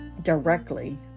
directly